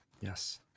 Yes